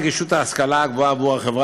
הרחבת נגישות ההשכלה הגבוהה עבור החברה